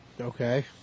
Okay